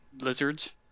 lizards